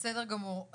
בסדר גמור.